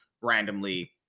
randomly